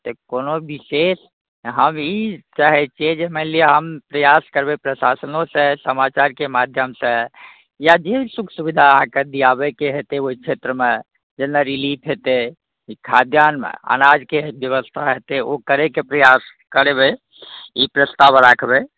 कोनो बिशेष हम ई चाहैत छियै जे मानि लिअ हम प्रआस करबै प्रशासनो से समाचारके माध्यमसँ या जे सुख सुबिधा अहाँकऽ दिआबैके होयतै ओहि छेत्रमे जेना रिलीफ होयतै कि खाद्यानमे अनाजके ब्यवस्था होयतै ओ करैके प्रआस करबै ई प्रसताव राखबै